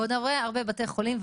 בעוד הרבה בתי חולים,